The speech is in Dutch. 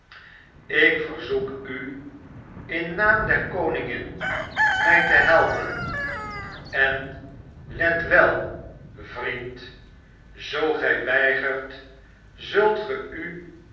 ik verzoek u in naam der koningin mij te helpen en let wel vriend zoo gy weigert zult ge u